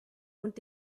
und